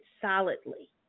solidly